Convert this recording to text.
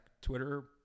Twitter